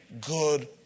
good